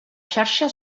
xarxa